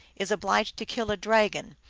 is obliged to kill a dragon,